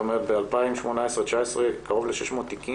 אתה אומר ב- 2018/19 קרוב ל- 600 תיקים